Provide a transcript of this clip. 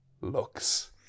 looks